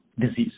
disease